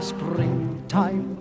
Springtime